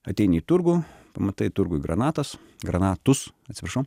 ateini į turgų pamatai turguj granatas granatus atsiprašau